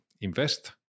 invest